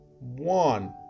one